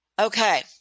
Okay